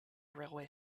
railway